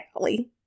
alley